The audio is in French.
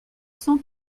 cent